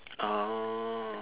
orh